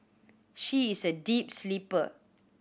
she is a deep sleeper